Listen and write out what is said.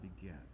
begin